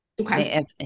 Okay